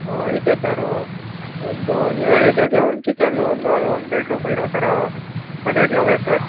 ಹಾಂ ಐತೆ ಸರೂ ಒಂದು ನೀವು ಹೇಳಿದಾಗೆ ಒನ್ ಕಿಚನು ಒಂದು ಆಲು ಒನ್ ಬೆಡ್ರೂಮ್ ಇರೋತರಾ ಮನೆಗ್ಳ ಅವೆ ಸರ್